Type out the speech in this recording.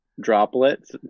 droplets